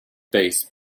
bass